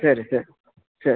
ಸರಿ ಸರಿ ಸರ್